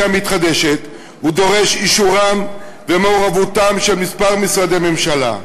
המתחדשת דורש את אישורם ומעורבותם של כמה משרדי ממשלה.